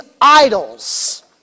idols